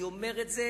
אני אומר את זה